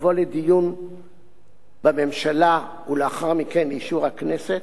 תבוא לדיון בממשלה ולאחר מכן לאישור הכנסת,